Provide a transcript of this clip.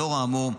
לאור האמור,